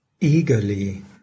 eagerly